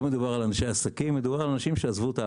לא מדובר באנשי עסקים אלא באנשים שעזבו את הארץ.